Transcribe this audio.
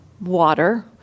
water